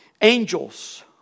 Angels